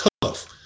tough